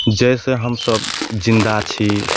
जहि से हमसभ जिन्दा छी